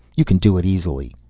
you can do it easily.